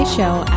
Show